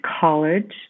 college